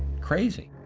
crazy.